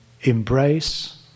embrace